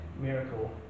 miracle